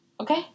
Okay